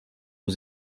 aux